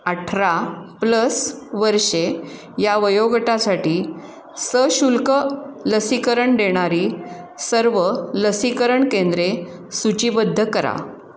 अठरा प्लस वर्षे या वयोगटासाठी सशुल्क लसीकरण देणारी सर्व लसीकरण केंद्रे सूचीबद्ध करा